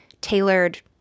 tailored